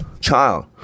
child